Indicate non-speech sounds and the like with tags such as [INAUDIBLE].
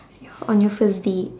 [NOISE] on your first date